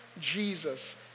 Jesus